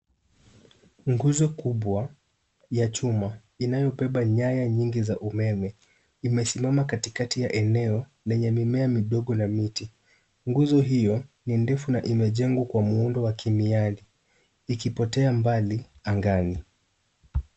Nguzo kubwa ya chuma inayobeba nyaya nyingi za umeme imesimama katikati ya eneo lenye mimea midogo na miti. Nguzo hiyo ni ndefu na imejengwa kwa muundo wakimiale, ikipotea mbali angani.